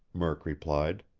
murk replied.